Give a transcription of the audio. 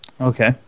Okay